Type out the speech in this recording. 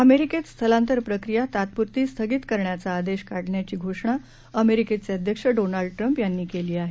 अमेरिकेत स्थलांतर प्रक्रिया तात्पुरती स्थगित करण्याचा आदेश काढण्याची घोषणा अमेरिकेचे अध्यक्ष डोनाल्ड ट्रंप यांनी केली आहे